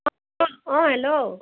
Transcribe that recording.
অ' hello